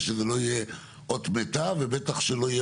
שזה לא יהיה אות מתה ובטח שלא יהיה